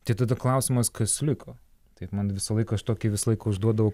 tai tada klausimas kas liko taip man visą laiką aš tokį visą laiką užduodavau